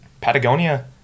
Patagonia